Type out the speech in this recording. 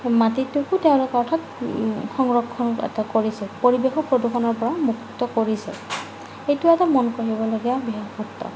মাটিটোকো তেওঁলোকে অৰ্থাৎ সংৰক্ষণ এটা কৰিছে পৰিৱেশক প্ৰদূষণৰ পৰা মুক্ত কৰিছে সেইটো এটা মন কৰিবলগীয়া বিশেষত্ব